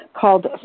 called